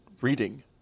reading